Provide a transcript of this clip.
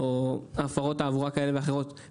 או הפרות תעבורה כאלה ואחרות,